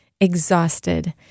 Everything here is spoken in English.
exhausted